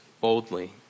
boldly